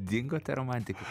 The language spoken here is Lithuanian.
dingo ta romantika